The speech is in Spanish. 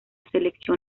selección